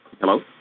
Hello